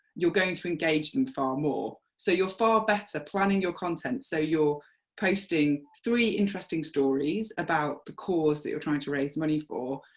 you're going to engage them far more. so you're far better planning your content, so you're posting three interesting stories about the cause that you're trying to raise money for,